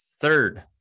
Third